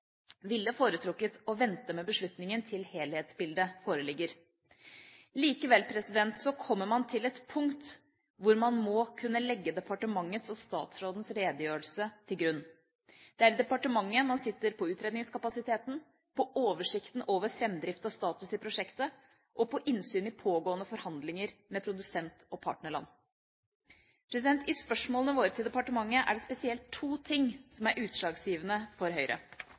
ville foretrukket å vente med beslutningen til helhetsbildet foreligger. Likevel kommer man til et punkt hvor man må kunne legge departementets og statsrådens redegjørelse til grunn. Det er i departementet man sitter på utredningskapasiteten, på oversikten over framdrift og status i prosjektet og på innsyn i pågående forhandlinger med produsent og partnerland. I spørsmålene våre til departementet er det spesielt to ting som er utslagsgivende for Høyre